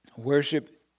worship